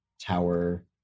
tower